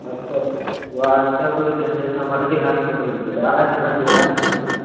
WhatsApp వాట్సాప్లో send చేసిన multi hospital అండి బాలాజీ మల్టీ హాస్పిటల్